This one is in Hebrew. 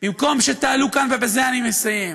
במקום שתעלו כאן, ובזה אני מסיים,